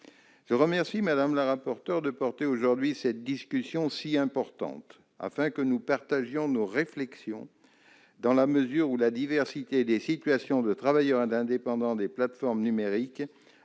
Je remercie Mme la rapporteure de soutenir ce matin cette discussion si importante, afin que nous partagions nos réflexions. La diversité des situations des travailleurs indépendants des plateformes numériques